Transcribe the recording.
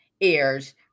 airs